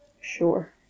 sure